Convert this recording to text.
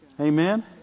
Amen